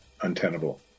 untenable